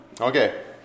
Okay